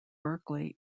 berkeley